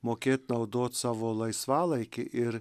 mokėt naudot savo laisvalaikį ir